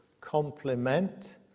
complement